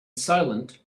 silent